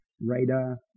radar